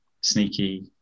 sneaky